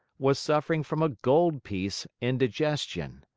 was suffering from a gold-piece indigestion.